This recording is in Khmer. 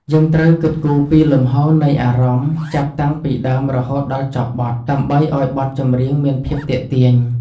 យើងត្រូវគិតគូរពីលំហូរនៃអារម្មណ៍ចាប់តាំងពីដើមរហូតដល់ចប់បទដើម្បីឱ្យបទចម្រៀងមានភាពទាក់ទាញ។